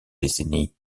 décennies